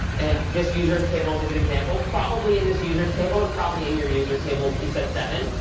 and this user's table is a good example. probably in this user's table and probably in your user's table in p-set seven,